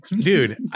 dude